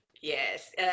Yes